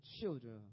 children